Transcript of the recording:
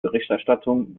berichterstattung